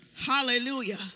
Hallelujah